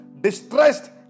distressed